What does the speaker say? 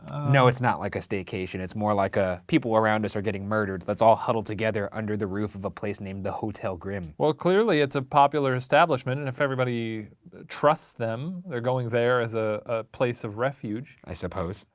no, it's not like a staycation. it's more like a people around us are getting murdered. let's all huddle together under the roof of a place named the hotel grim. well clearly, it's a popular establishment, and if everybody trusts them, they're going there as a a place of refuge. i suppose.